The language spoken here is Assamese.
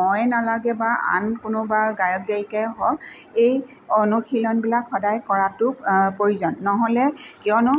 মই নালাগে বা আন কোনোবা গায়ক গায়িকাই হওক এই অনুশীলনবিলাক সদায় কৰাটো প্ৰয়োজন নহ'লে কিয়নো